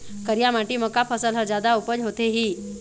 करिया माटी म का फसल हर जादा उपज होथे ही?